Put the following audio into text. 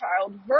child